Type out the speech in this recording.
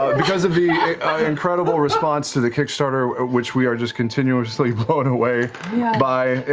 because of the incredible response to the kickstarter, which we are just continuously blown away by.